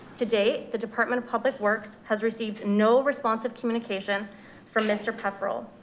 to date the department of public works has received no response of communication from mr. pefferle.